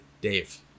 Dave